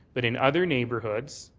but in other neighborhoods,